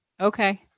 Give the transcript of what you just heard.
Okay